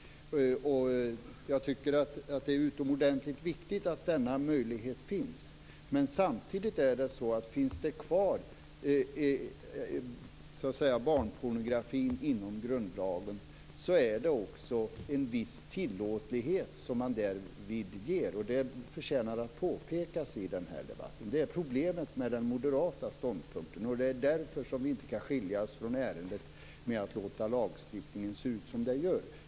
Jag tycker att det är utomordentligt viktigt att denna möjlighet finns. Men samtidigt är det så att om barnpornografin så att säga finns kvar i grundlagen innebär det att man ger en viss tillåtlighet. Detta förtjänar att påpekas i denna debatt. Det är problemet med den moderata ståndpunkten. Och det är därför som vi inte kan skiljas från ärendet genom att låta lagstiftningen se ut som den gör.